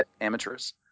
amateurs